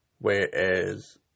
whereas